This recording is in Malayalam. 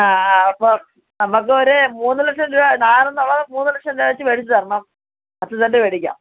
ആ ആ അപ്പോൾ നമുക്കൊരു മൂന്ന് ലക്ഷം രൂപ നാല് എന്നുള്ളത് മൂന്ന് ലക്ഷം വെച്ച് മേടിച്ച് തരണം പത്ത് സെൻറ്റ് മേടിക്കാം